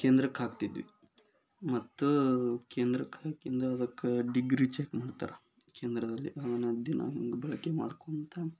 ಕೇಂದ್ರಕ್ಕೆ ಹಾಕ್ತಿದ್ವಿ ಮತ್ತು ಕೇಂದ್ರಕ್ಕೆ ಹಾಕಿದ ಅದಕ್ಕೆ ಡಿಗ್ರಿ ಚೆಕ್ ಮಾಡ್ತಾರ ಕೇಂದ್ರದಲ್ಲಿ ನಾನು ದಿನಾ ಬೆಳಗ್ಗೆ ಮಾಡ್ಕೋತ